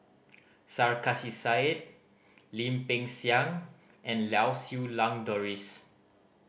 Sarkasi Said Lim Peng Siang and Lau Siew Lang Doris